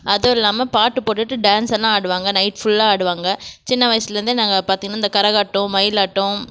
அது இல்லாமல் பாட்டு போட்டுவிட்டு டான்ஸெல்லாம் ஆடுவாங்க நைட் ஃபுல்லாக ஆடுவாங்க சின்ன வயசுலேர்ந்தே நாங்கள் பார்த்தீங்கனா இந்த கரகாட்டம் மயிலாட்டம்